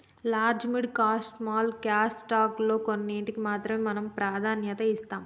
large mid cash small cash stock లో కొన్నింటికీ మాత్రమే మనం ప్రాధాన్యత ఇస్తాం